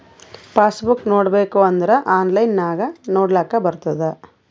pass book ನೋಡ್ಬೇಕ್ ಅಂದುರ್ online ನಾಗು ನೊಡ್ಲಾಕ್ ಬರ್ತುದ್